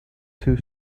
two